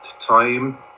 time